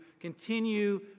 continue